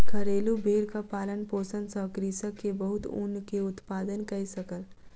घरेलु भेड़क पालन पोषण सॅ कृषक के बहुत ऊन के उत्पादन कय सकल